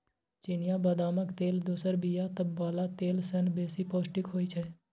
चिनियाँ बदामक तेल दोसर बीया बला तेल सँ बेसी पौष्टिक होइ छै